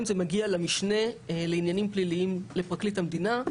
זה מגיע למשנה לעניינים פליליים בפרקליטות המדינה,